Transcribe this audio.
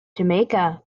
jamaica